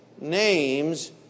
name's